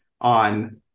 on